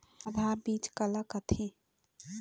आधार बीज का ला कथें?